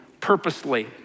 purposely